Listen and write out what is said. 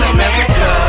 America